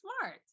smart